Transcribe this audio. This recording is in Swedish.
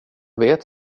vet